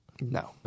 No